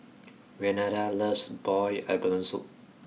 Renada loves boiled Abalone soup